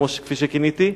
כפי שכיניתי,